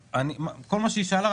כל מה שהיא שאלה,